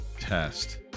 test